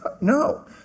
no